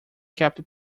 kept